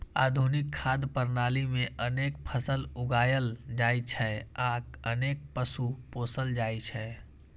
आधुनिक खाद्य प्रणाली मे अनेक फसल उगायल जाइ छै आ अनेक पशु पोसल जाइ छै